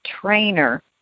trainer